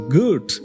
good